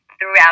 throughout